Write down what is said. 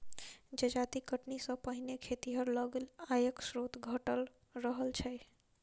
जजाति कटनी सॅ पहिने खेतिहर लग आयक स्रोत घटल रहल छै